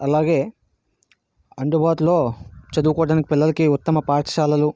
అలాగే అందుబాటులో చదువుకోవడానికి పిల్లలకి ఉత్తమ పాఠశాలలు